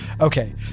Okay